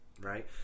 right